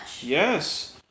Yes